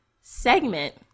segment